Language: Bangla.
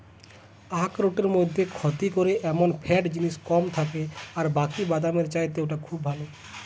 আখরোটের মধ্যে ক্ষতি করে এমন ফ্যাট জিনিস কম থাকে আর বাকি বাদামের চাইতে ওটা খুব ভালো